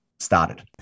started